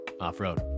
Off-Road